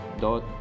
dot